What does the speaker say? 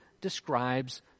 describes